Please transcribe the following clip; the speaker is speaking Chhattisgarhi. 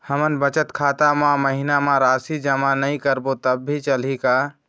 हमन बचत खाता मा महीना मा राशि जमा नई करबो तब भी चलही का?